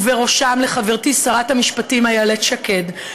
ובראשם לחברתי שרת המשפטים איילת שקד,